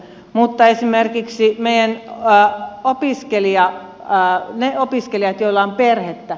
mutta esimerkiksi niillä opiskelijoilla joilla on perhettä